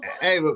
hey